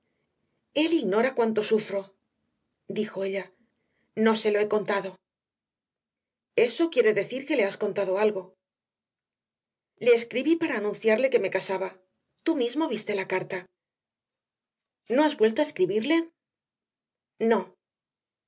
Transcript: él ignora cuánto sufro dijo ella no se lo he contado eso quiere decir que le has contado algo le escribí para anunciarle que me casaba tú mismo viste la carta no has vuelto a escribirle no